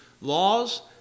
laws